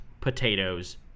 potatoes